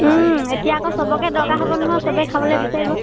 এতিয়া আকৌ সবকে দৰকাৰ হ'ব নহয় সবেই খাবলৈ বিচাৰিব